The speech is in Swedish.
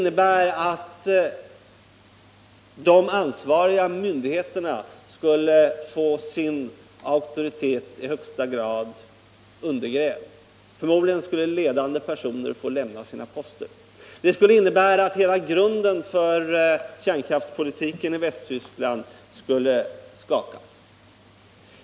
De ansvariga myndigheterna skulle då få sin auktoritet i högsta grad undergrävd. Förmodligen skulle ledande personer få lämna sina poster. Det skulle innebära att hela grunden för kärnkraftspolitiken i Västtyskland skulle skakas.